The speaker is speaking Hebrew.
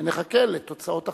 שנחכה לתוצאות החקירה.